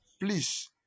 please